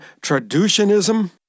traducianism